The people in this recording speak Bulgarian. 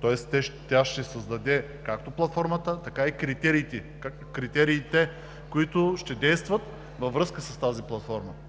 тоест тя ще създаде както платформата, така и критериите, които ще действат във връзка с платформата.